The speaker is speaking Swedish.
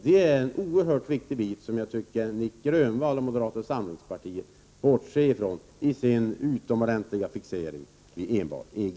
Det är en oerhört viktig bit, som jag tycker att Nic Grönvall och moderata samlingspartiet bortser från i sin utomordentliga fixering vid enbart EG.